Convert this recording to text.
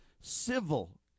civil